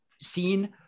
seen